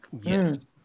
Yes